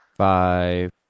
Five